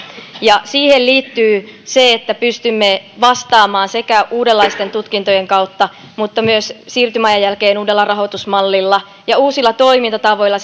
siihen liittyy se että pystymme vastaamaan sekä uudenlaisten tutkintojen kautta mutta myös siirtymäajan jälkeen uudella rahoitusmallilla ja uusilla toimintatavoilla